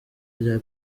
rya